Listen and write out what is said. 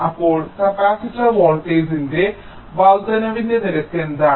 അപ്പോൾ കപ്പാസിറ്റർ വോൾട്ടേജിന്റെ വർദ്ധനവിന്റെ നിരക്ക് എന്താണ്